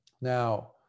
Now